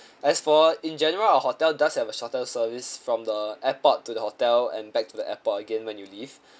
as for in general our hotel does have a shuttle service from the airport to the hotel and back to the airport again when you leave